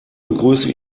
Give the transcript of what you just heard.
begrüße